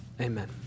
Amen